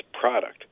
product